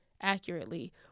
accurately